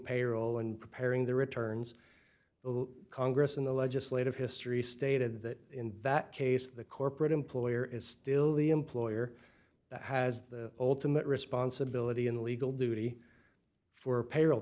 payroll and preparing the returns congress in the legislative history stated that in that case the corporate employer is still the employer has the ultimate responsibility in legal duty for payroll